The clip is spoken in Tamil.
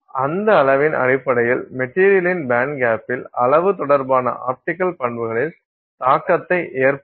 அந்த அளவின் அடிப்படையில் மெட்டீரியலின் பேண்ட்கேப்பில் அளவு தொடர்பான ஆப்டிக்கல் பண்புகளில் தாக்கத்தை ஏற்படுத்தும்